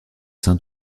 sein